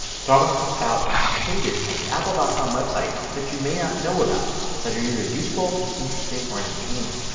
so i want to talk about pages at the apple dot com website that you may not know about that are either useful, interesting, or entertaining.